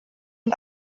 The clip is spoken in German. mit